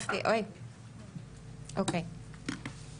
(שקף: כיווני פעולה אלימות נגד נשים).